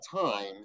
time